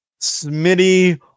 smitty